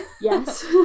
Yes